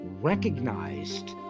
recognized